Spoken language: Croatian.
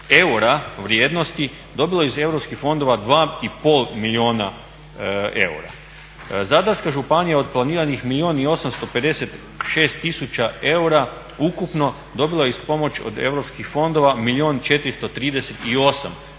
eura vrijednosti dobila iz europskih fondova 2,5 milijuna eura. Zadarska županija od planiranih milijun i 856 tisuća eura ukupno dobilo je is pomoći od europskih fondova milijun